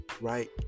right